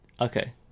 Okay